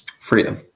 Freedom